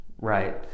right